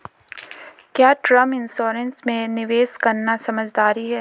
क्या term insurance में निवेश करना समझदारी है?